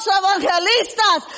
evangelistas